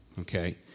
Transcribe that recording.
okay